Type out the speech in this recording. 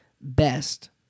best